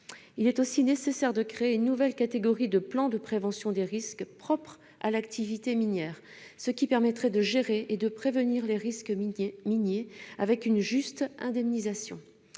Il est aussi nécessaire de créer une nouvelle catégorie de plan de prévention des risques propre à l'activité minière. Cette solution permettrait de gérer et de prévenir les risques miniers avec une juste indemnisation.